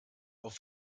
auf